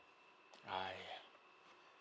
!haiya!